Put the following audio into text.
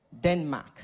Denmark